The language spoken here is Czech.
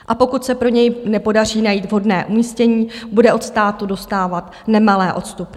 A pokud se pro něj nepodaří najít vhodné umístění, bude od státu dostávat nemalé odstupné.